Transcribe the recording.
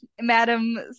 madam